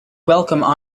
welcome